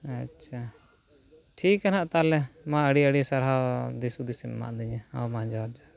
ᱟᱪᱪᱷᱟ ᱴᱷᱤᱠᱟ ᱱᱟᱦᱟᱜ ᱛᱟᱦᱞᱮ ᱢᱟ ᱟᱹᱰᱤᱼᱟᱹᱰᱤ ᱥᱟᱨᱦᱟᱣ ᱫᱤᱥᱼᱦᱩᱫᱤᱥᱮᱢ ᱮᱢᱟ ᱫᱤᱧᱟ ᱦᱮᱸ ᱢᱟ ᱡᱚᱦᱟᱨ ᱡᱚᱦᱟᱨ